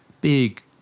big